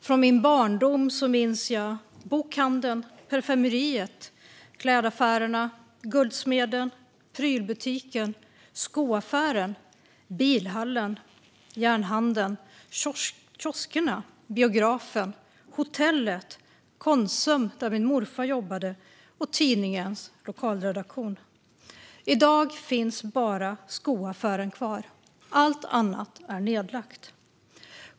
Från min barndom minns jag bokhandeln, parfymeriet, klädaffärerna, guldsmeden, prylbutiken, skoaffären, bilhallen, järnhandeln, kioskerna, biografen, hotellet, Konsum där min morfar jobbade och tidningens lokalredaktion. I dag finns bara skoaffären kvar, allt annat är nedlagt.